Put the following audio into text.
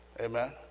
Amen